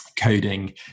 Coding